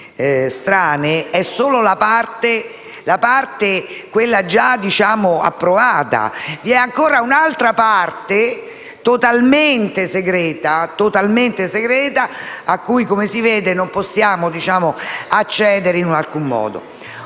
è solo quella già approvata. Vi è ancora un'altra parte totalmente segreta a cui, come si vede, non possiamo accedere in alcun modo.